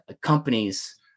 companies